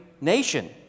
nation